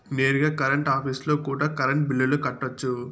నేరుగా కరెంట్ ఆఫీస్లో కూడా కరెంటు బిల్లులు కట్టొచ్చు